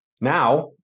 Now